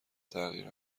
تغییر